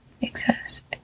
exist